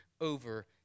over